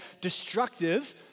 destructive